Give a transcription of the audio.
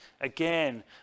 again